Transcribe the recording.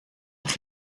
nog